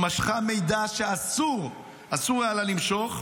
ומשכה מידע שאסור היה לה למשוך,